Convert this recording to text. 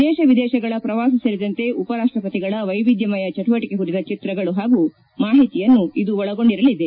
ದೇಶ ವಿದೇಶಗಳ ಪ್ರವಾಸ ಸೇರಿದಂತೆ ಉಪ ರಾಷ್ಟಪತಿಗಳ ವೈವಿಧ್ಯಮಯ ಚಟುವಟಿಕೆ ಕುರಿತ ಚಿತ್ರಗಳು ಹಾಗೂ ಮಾಹಿತಿಯನ್ನು ಇದು ಒಳಗೊಂಡಿರಲಿದೆ